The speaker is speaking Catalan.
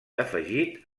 afegit